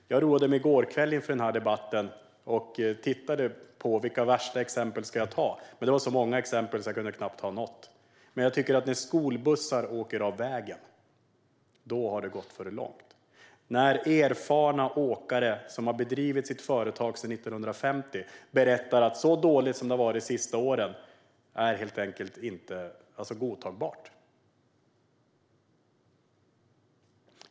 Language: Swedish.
Jag roade mig i går kväll med att inför denna debatt titta på vilka värsta exempel jag skulle välja. Det fanns så många exempel att jag knappt kunde välja något, men när skolbussar åker av vägen tycker jag att det har gått för långt. Erfarna åkare, som har drivit sitt företag sedan 1950, berättar hur dåligt det har varit de senaste åren, och denna situation är helt enkelt inte godtagbar.